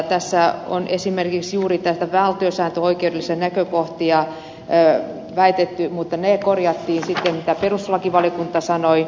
tässä on esimerkiksi juuri näitä valtiosääntöoikeudellisia näkökohtia väitetty mutta ne mitä perustuslakivaliokunta sanoi korjattiin sitten